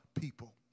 people